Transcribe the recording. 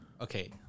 Okay